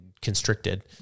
constricted